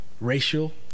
racial